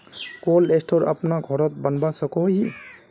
Cold store अपना घोरोत बनवा सकोहो ही?